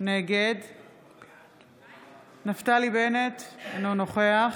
נגד נפתלי בנט, אינו נוכח